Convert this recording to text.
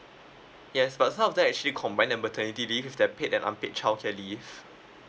yes but some of them actually combine the maternity leave with that paid and unpaid childcare leave